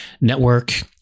network